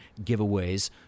giveaways